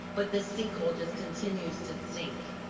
but the sinkhole just continues to sink.